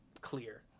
clear